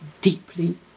deeply